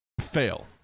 fail